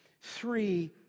three